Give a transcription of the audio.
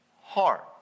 heart